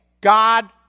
God